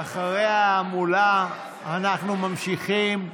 אחרי ההמולה אנחנו ממשיכים בסדר-היום.